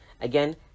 Again